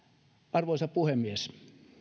arvoisa puhemies